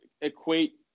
equate